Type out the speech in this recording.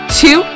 two